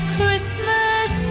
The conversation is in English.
Christmas